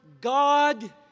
God